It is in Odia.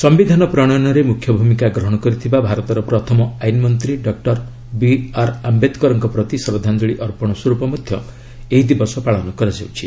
ସମ୍ଭିଧାନ ପ୍ରଣୟନରେ ମୃଖ୍ୟ ଭୂମିକା ଗ୍ରହଣ କରିଥିବା ଭାରତର ପ୍ରଥମ ଆଇନ୍ ମନ୍ତ୍ରୀ ଡକ୍ଟର ବିଆର୍ ଆମ୍ବେଦକରଙ୍କ ପ୍ରତି ଶ୍ରଦ୍ଧାଞ୍ଜଳୀ ଅର୍ପଣ ସ୍ୱରୂପ ମଧ୍ୟ ଏହି ଦିବସ ପାଳନ କରାଯାଉଛି